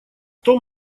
том